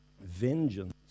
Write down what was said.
vengeance